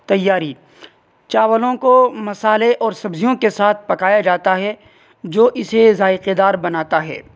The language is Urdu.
تیاری چاولوں کو مصالحے اور سبزیوں کے ساتھ پکایا جاتا ہے جو اسے ذائقےدار بناتا ہے